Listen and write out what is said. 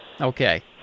Okay